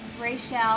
Rachel